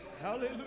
Hallelujah